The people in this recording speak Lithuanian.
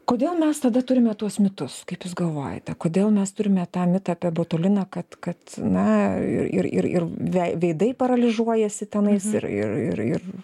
kodėl mes tada turime tuos mitus kaip jūs galvojate kodėl mes turime tą mitą apie botuliną kad kad na ir ir veidai paralyžiuojasi tenais ir ir ir ir